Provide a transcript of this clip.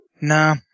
No